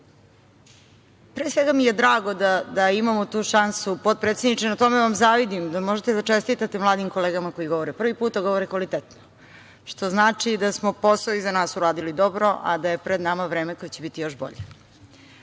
pre svega mi je drago da imamo tu šansu, potpredsedniče, na tome vam zavidim, možete da čestitate mladim kolegama koji govore prvi put, a govore kvalitetno, što znači da smo posao iza nas uradili dobro, a da je pred nama vreme koje će biti još bolje.